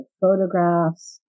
photographs